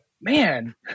Man